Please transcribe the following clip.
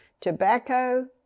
tobacco